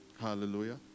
Hallelujah